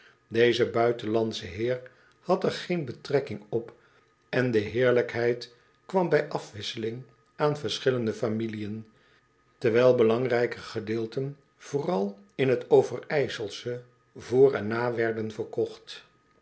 deze buitenlandsche heer had er geen betrekking op en de heerlijkheid kwam bij afwisseling aan verschillende familiën terwijl belangrijke gedeelten vooral in het overijselsche voor en na werden verkocht